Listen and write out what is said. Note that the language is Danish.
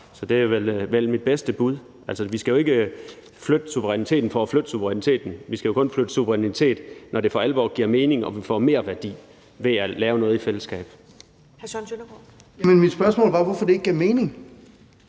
Så det er vel mit bedste bud. Vi skal jo ikke flytte suverænitet for at flytte suverænitet. Vi skal jo kun flytte suverænitet, når det for alvor giver mening og vi får merværdi ved at lave noget i fællesskab. Kl. 11:59 Første næstformand (Karen Ellemann):